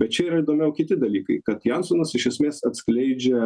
bet čia yra įdomiau kiti dalykai kad jansonas iš esmės atskleidžia